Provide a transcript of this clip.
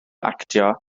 actio